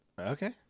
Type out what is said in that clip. Okay